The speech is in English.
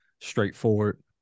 straightforward